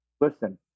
Listen